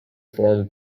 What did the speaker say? formed